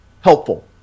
helpful